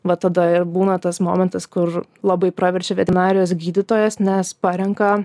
mat tada ir būna tas momentas kur labai praverčia veterinarijos gydytojas nes parenka